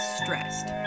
stressed